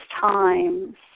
times